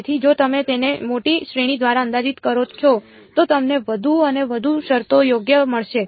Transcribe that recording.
તેથી જો તમે તેને મોટી શ્રેણી દ્વારા અંદાજિત કરો છો તો તમને વધુ અને વધુ શરતો યોગ્ય મળશે